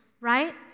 right